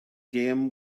game